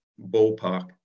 ballpark